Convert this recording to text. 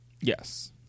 Yes